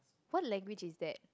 what language is that